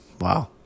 Wow